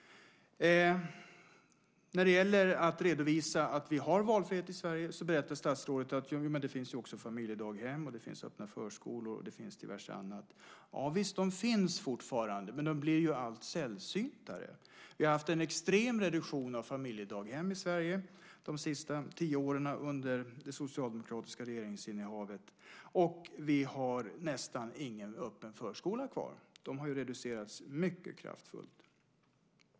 För att redovisa att vi har valfrihet i Sverige berättar statsrådet att det också finns familjedaghem, öppna förskolor och diverse annat. Ja, de finns fortfarande, men de blir ju allt sällsyntare. Vi har haft en extrem reduktion av antalet familjedaghem i Sverige de senaste tio åren under det socialdemokratiska regeringsinnehavet, och vi har nästan ingen öppen förskola kvar. De har reducerats mycket kraftigt.